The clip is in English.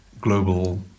global